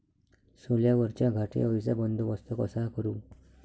सोल्यावरच्या घाटे अळीचा बंदोबस्त कसा करू?